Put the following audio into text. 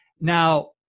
Now